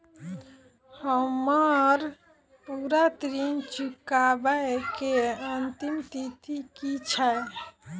हम्मर पूरा ऋण चुकाबै केँ अंतिम तिथि की छै?